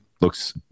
looks